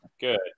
good